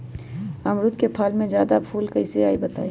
अमरुद क फल म जादा फूल कईसे आई बताई?